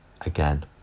again